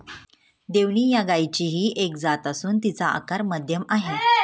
देवणी या गायचीही एक जात असून तिचा आकार मध्यम आहे